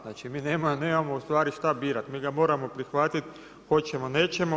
Znači, mi nemamo u stvari šta birati, mi ga moramo prihvatiti hoćemo nećemo.